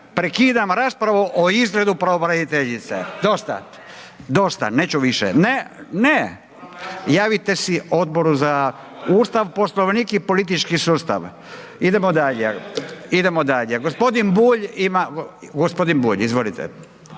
Prekidam raspravu o izgledu pravobraniteljice. Dosta, dosta, neću više. Ne, ne, javite se Odboru za Ustav, Poslovnik i politički sustav. Idemo dalje. Gospodin Bulj izvolite.